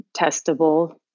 testable